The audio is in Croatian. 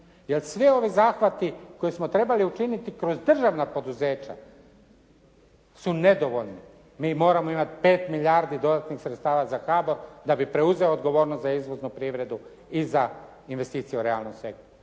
svi ovi zahvati koji smo trebali učiniti kroz državna poduzeća su nedovoljni. Mi moramo imati pet milijardi dodatnih sredstava za HABOR da bi preuzeo odgovornost za izvoznu privredu i za investicije u realnom sektoru.